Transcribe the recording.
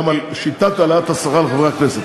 אתה מטעה כרגע את הציבור.